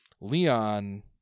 Leon